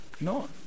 no